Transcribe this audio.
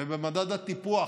ובמדד הטיפוח